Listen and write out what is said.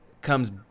comes